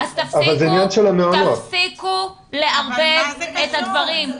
אז תפסיקו לערבב את הדברים.